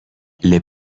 les